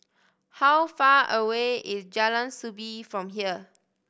how far away is Jalan Soo Bee from here